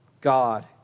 God